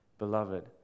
Beloved